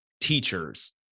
teachers